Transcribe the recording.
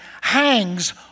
hangs